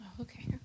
okay